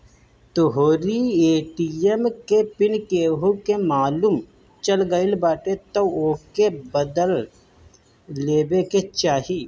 तोहरी ए.टी.एम के पिन केहू के मालुम चल गईल बाटे तअ ओके बदल लेवे के चाही